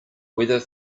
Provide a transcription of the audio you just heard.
weather